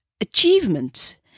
achievement